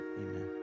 Amen